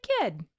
kid